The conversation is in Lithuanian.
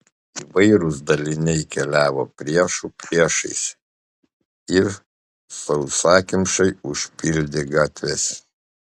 įvairūs daliniai keliavo priešų priešais ir sausakimšai užpildė gatves